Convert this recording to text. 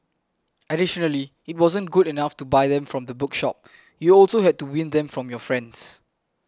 additionally it wasn't good enough to buy them from the bookshop you also had to win them from your friends